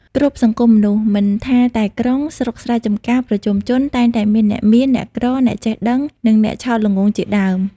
គ្រប់សង្គមមនុស្ស មិនថាតែក្រុង ស្រុកស្រែចំការ ប្រជុំជន តែងតែមានអ្នកមាន អ្នកក្រ អ្នកចេះដឹង និងអ្នកឆោតល្ងង់ជាដើម។